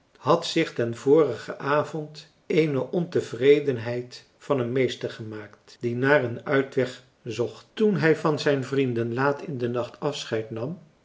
had zich den vorigen avond eene ontevredenheid van hem meester gemaakt die naar een uitweg zocht toen hij van zijn vrienden laat in den nacht afscheid nam